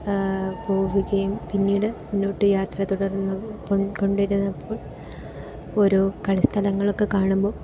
പോവുകയും പിന്നീട് മുന്നോട്ട് യാത്ര തുടർന്ന് കോ കൊണ്ടിരുന്നപ്പോൾ ഓരോ കളി സ്ഥലങ്ങളൊക്കെ കാണുമ്പോൾ